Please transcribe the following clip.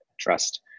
trust